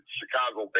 Chicago